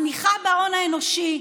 הצמיחה בהון האנושי,